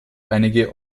einige